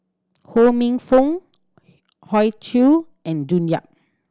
Ho Minfong Hoey Choo and June Yap